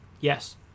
Yes